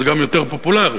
זה גם יותר פופולרי.